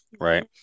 right